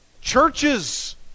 Churches